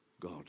God